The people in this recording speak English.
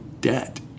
debt